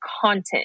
content